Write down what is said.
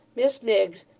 miss miggs,